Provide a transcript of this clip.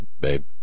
babe